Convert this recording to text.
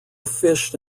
fished